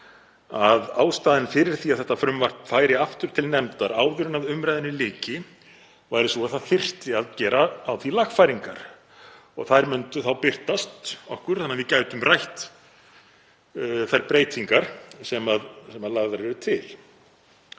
að ástæðan fyrir því að frumvarpið færi aftur til nefndar áður en umræðunni lyki væri sú að það þyrfti að gera á því lagfæringar. Þær myndu birtast okkur þannig að við gætum rætt þær breytingar sem lagðar yrðu til